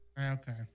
Okay